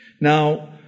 Now